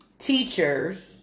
teachers